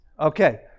Okay